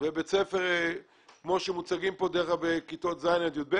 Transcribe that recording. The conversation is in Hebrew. ובית ספר כמו שמוצגים פה בכיתות ז'-יב'